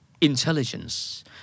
intelligence